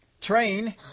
Train